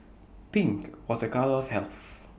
pink was A colour of health